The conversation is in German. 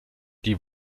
die